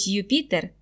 Jupiter